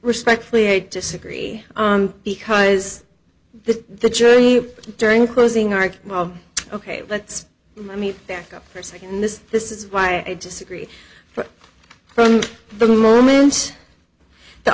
respectfully disagree on because the the jury during closing argument ok let's let me back up for a second this this is why i disagree for from the moment the